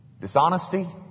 dishonesty